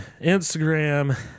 Instagram